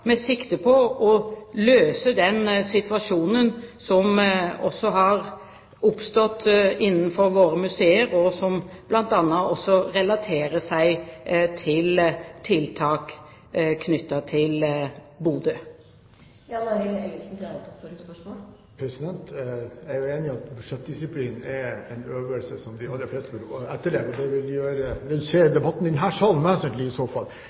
med sikte på å løse den situasjonen som har oppstått innenfor våre museer, og som bl.a. også relaterer seg til tiltak knyttet til Bodø. Jeg er jo enig i at budsjettdisiplin er en øvelse som de aller fleste vil etterleve, og det vil redusere debatten i denne salen vesentlig, i så fall.